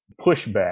pushback